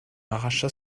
arracha